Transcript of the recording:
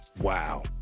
Wow